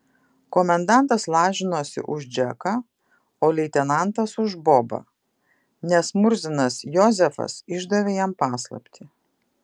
komendantas lažinosi už džeką o leitenantas už bobą nes murzinas jozefas išdavė jam paslaptį